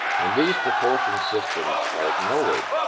when these proportion systems are ignored,